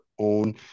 own